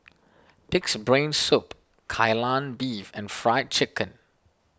Pig's Brain Soup Kai Lan Beef and Fried Chicken